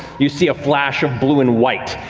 you see a flash of blue and white.